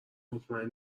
مطمئن